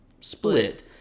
Split